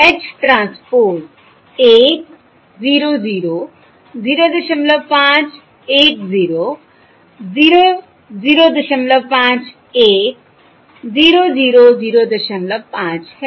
H transpose 1 0 0 05 1 0 0 05 1 0 0 05 है